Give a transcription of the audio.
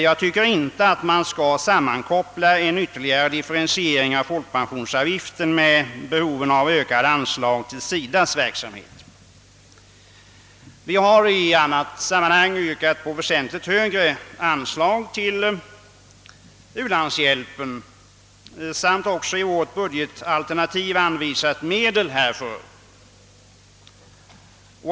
Jag tycker inte att man skall sammankoppla en ytterligare differentiering av folkpensionsavgiften med behovet av ökade anslag för SIDA:s verksamhet. Vi har i annat sammanhang yrkat på väsentligt högre anslag till u-landshjälpen samt också i vårt budgetalternativ anvisat medel härför.